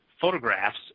photographs